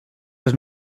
les